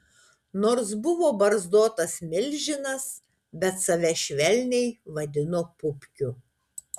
nors buvo barzdotas milžinas bet save švelniai vadino pupkiu